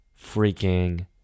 freaking